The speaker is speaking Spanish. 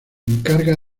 encarga